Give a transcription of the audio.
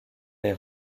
les